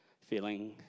feeling